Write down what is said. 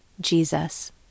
Jesus